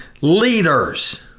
leaders